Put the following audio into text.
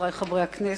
חברי חברי הכנסת,